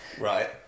Right